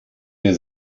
mir